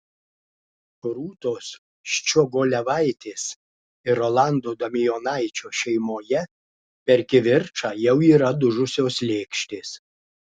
rūtos ščiogolevaitės ir rolando damijonaičio šeimoje per kivirčą jau yra dužusios lėkštės